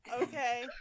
Okay